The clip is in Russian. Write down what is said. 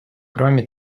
кроме